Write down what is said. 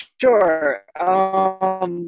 sure